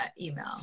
email